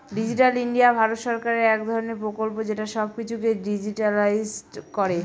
digital India Bharat সরকারের এক ধরনের প্রকল্প যেটা সব কিছুকে ডিজিট্যালাইসড করে